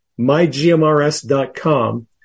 mygmrs.com